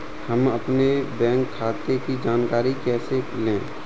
हम अपने बैंक खाते की जानकारी कैसे लें?